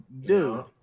dude